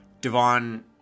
Devon